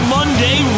Monday